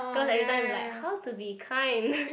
cause every time it's like how to be kind